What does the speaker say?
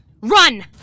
Run